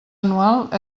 anual